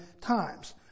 times